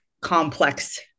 complex